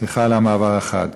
סליחה על המעבר החד,